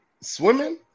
swimming